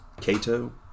Cato